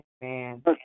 Man